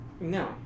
no